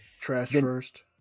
Trash-first